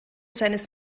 seines